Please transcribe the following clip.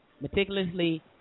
meticulously